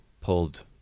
pulled